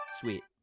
Sweet